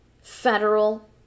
federal